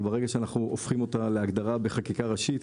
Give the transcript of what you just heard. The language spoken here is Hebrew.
אבל ברגע שאנחנו אוכפים אותה להגדרה בחקיקה ראשית,